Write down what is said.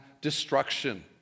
destruction